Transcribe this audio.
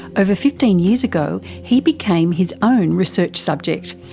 over fifteen years ago he became his own research subject,